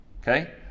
Okay